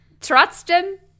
Trotzdem